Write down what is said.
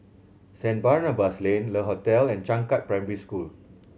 Saint Barnabas Lane Le Hotel and Changkat Primary School